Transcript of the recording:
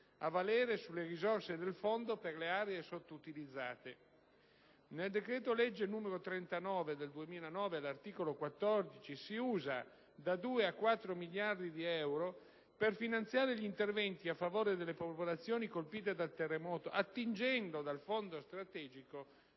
a valere sulle risorse del Fondo per le aree sottoutilizzate. Nel decreto-legge n. 39 del 2009, all'articolo 14, da 2 a 4 miliardi di euro sono utilizzati per finanziare gli interventi a favore delle popolazioni colpite dal terremoto attingendo dal Fondo strategico